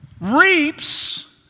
reaps